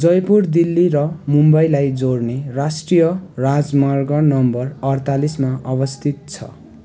जयपुर दिल्ली र मुम्बईलाई जोड्ने राष्ट्रिय राजमार्ग नम्बर अठचालिसमा अवस्थित छ